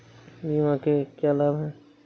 बीमा के क्या लाभ हैं?